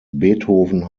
beethoven